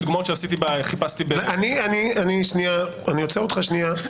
אני עוצר אותך רגע.